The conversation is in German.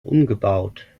umgebaut